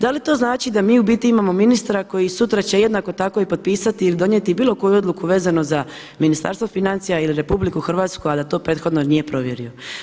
Da li to znači da mi u biti imamo ministra koji sutra će jednako tako i potpisati ili donijeti bilo koju odluku vezano za Ministarstvo financija ili RH a da to prethodno nije provjerio?